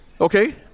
okay